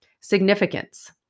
Significance